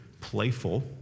playful